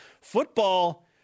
Football